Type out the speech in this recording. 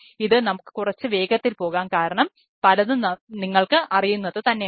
ഇത് നമുക്ക് കുറച്ച് വേഗത്തിൽ പോകാം കാരണം പലതും നിങ്ങൾക്ക് അറിയുന്നത് തന്നെയാണ്